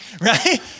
right